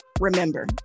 remember